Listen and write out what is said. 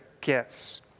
gifts